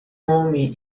homem